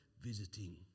visiting